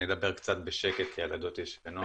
אני אדבר קצת בשקט, כי הילדות ישנות.